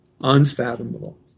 Unfathomable